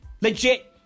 Legit